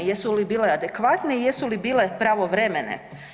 Jesu li bile adekvatne i jesu li bile pravovremene?